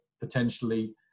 potentially